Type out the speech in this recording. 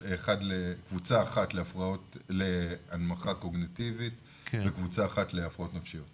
קבוצה אחת להנמכה קוגניטיבית וקבוצה אחת להפרעות נפשיות.